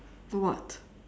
what